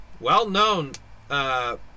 well-known